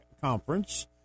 conference